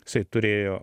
isai tai turėjo